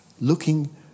Looking